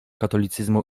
katolicyzmu